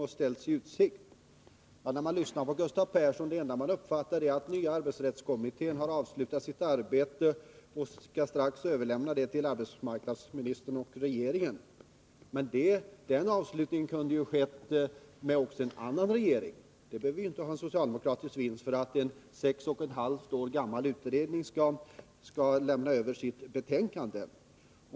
Det enda man uppfattade när man lyssnade på Gustav Persson var att den nya arbetsrättskommittén har avslutat sitt arbete och snart ämnar överlämna betänkandet till arbetsmarknadsministern och regeringen. Men detta kunde ju ha skett även med en annan regering. Vi behöver inte ha en socialdemokratisk regering för att en sex och ett halvt år gammal utredning skall lämna över sitt betänkande.